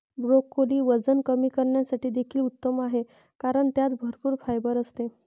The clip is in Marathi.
ब्रोकोली वजन कमी करण्यासाठी देखील उत्तम आहे कारण त्यात भरपूर फायबर असते